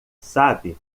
sabe